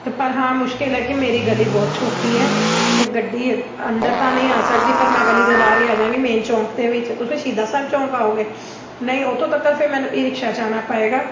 ਅਤੇ ਪਰ ਹਾਂ ਮੁਸ਼ਕਿਲ ਹੈ ਕਿ ਮੇਰੀ ਗਲੀ ਬਹੁਤ ਛੋਟੀ ਹੈ ਅਤੇ ਗੱਡੀ ਅ ਅੰਦਰ ਤਾਂ ਨਹੀਂ ਆ ਸਕਦੀ ਪਰ ਮੈਂ ਗਲੀ ਦੇ ਬਾਹਰ ਹੀ ਆ ਜਾਂਗੀ ਮੇਨ ਚੌਂਕ ਦੇ ਵਿੱਚ ਤੁਸੀਂ ਸ਼ਹੀਦਾਂ ਸਾਹਿਬ ਚੌਂਕ ਆਓਗੇ ਨਹੀਂ ਉੱਥੋਂ ਤੱਕ ਫਿਰ ਮੈਨੂੰ ਈ ਰਿਕਸ਼ਾ 'ਚ ਆਉਣਾ ਪਵੇਗਾ